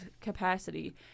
capacity